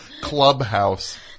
clubhouse